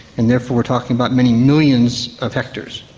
and therefore we're talking about many millions of hectares.